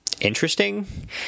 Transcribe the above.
interesting